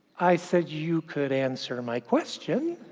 i said, you could answer my question.